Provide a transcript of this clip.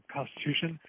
Constitution